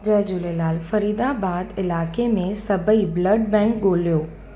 जय झूलेलाल फरीदाबाद इलाइक़े में सभई ब्लड बैंक ॻोल्हियो